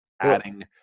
adding